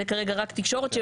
כרגע זה רק תקשורת,